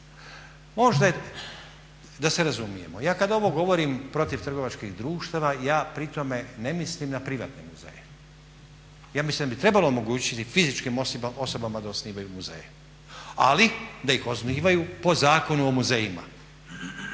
samostalan. Da se razumijemo, ja kad ovo govorim protiv trgovačkih društava, ja pri tome ne mislim na privatne muzeje. Ja mislim da bi trebalo omogućiti fizičkim osobama da osnivaju muzeje, ali da ih osnivaju po Zakonu o muzejima.